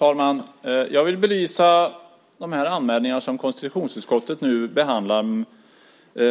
Herr talman! Jag vill belysa de anmälningar som konstitutionsutskottet nu behandlar